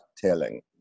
telling